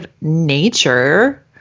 nature